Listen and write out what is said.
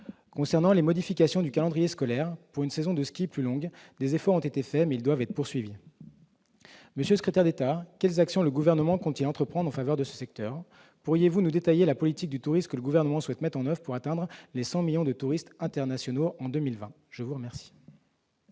Concernant les modifications du calendrier scolaire pour une saison de ski plus longue, des efforts ont été faits, mais ils doivent être poursuivis. Monsieur le secrétaire d'État, quelles actions le Gouvernement compte-t-il entreprendre en faveur de ce secteur ? Pourriez-vous nous détailler la politique du tourisme qu'il souhaite mettre en oeuvre pour atteindre les 100 millions de touristes internationaux en 2020 ? La parole